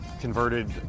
converted